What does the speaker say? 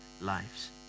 lives